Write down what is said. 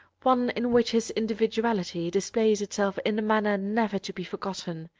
one in which his individuality displays itself in a manner never to be forgotten.